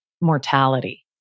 mortality